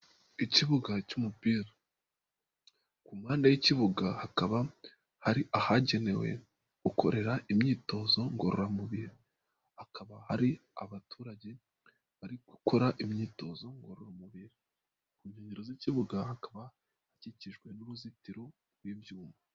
Ikibuga cy'umupira, ku mpande y'ikibuga, hakaba ari ahagenewe gukorera imyitozo ngororamubiri, hakaba hari abaturage bari gukora imyitozo ngororamubiri, ku nkengero z'ikibuga, hakaba hakikijwe n'uruzitiro rw'ibyuma.